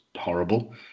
horrible